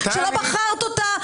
שלא בחרת אותה,